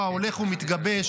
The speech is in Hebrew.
ההולך ומתגבש,